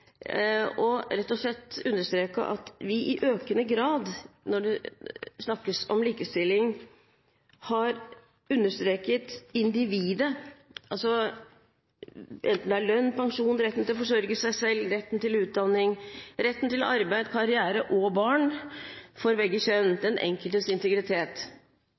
og rett og slett understreke at vi i økende grad når det snakkes om likestilling, har understreket individet, enten det er lønn eller pensjon, retten til å forsørge seg selv, retten til utdanning, retten til arbeid, karriere og barn for begge kjønn, den enkeltes integritet.